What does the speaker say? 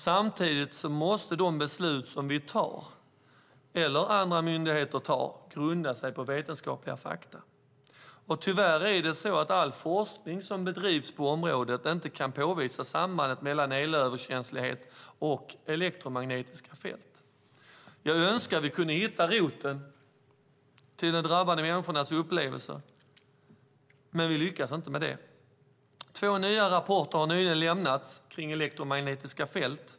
Samtidigt måste de beslut som riksdag eller myndigheter tar grunda sig på vetenskapliga fakta. Tyvärr är det så att all forskning som bedrivs på området inte kan påvisa sambandet mellan elöverkänslighet och elektromagnetiska fält. Jag önskar att vi kunde hitta roten till drabbade människors upplevelser, men vi lyckas inte. Två nya rapporter har nyligen lämnats om elektromagnetiska fält.